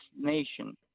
nation